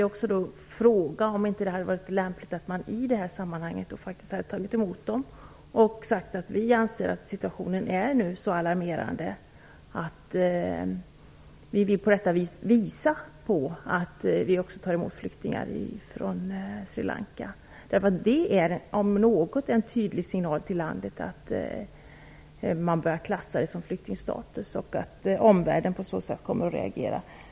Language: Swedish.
Jag skulle vilja fråga om det inte hade varit lämpligt att i den här situationen faktiskt ta emot flyktingarna och säga att vi anser att situationen nu är så alarmerande att vi på detta sätt vill visa på att vi också tar emot flyktingar från Sri Lanka. Det är om något en tydlig signal till landet att man börjar klassa det här som flyktingstatus och att omvärlden på så sätt kommer att reagera.